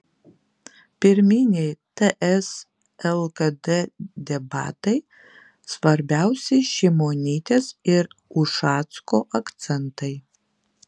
pirminiai ts lkd debatai svarbiausi šimonytės ir ušacko akcentai